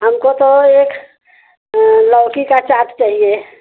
हमको तो एक लौकी का चाट चाहिये